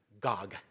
Gog